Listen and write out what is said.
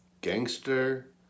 gangster